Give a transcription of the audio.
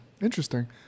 interesting